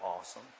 awesome